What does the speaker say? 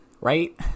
right